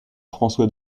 françois